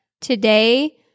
today